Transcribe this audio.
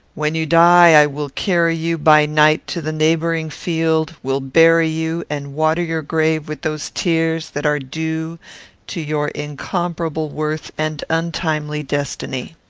when you die, i will carry you by night to the neighbouring field will bury you, and water your grave with those tears that are due to your incomparable worth and untimely destiny.